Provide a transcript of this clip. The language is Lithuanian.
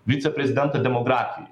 viceprezidento demografijai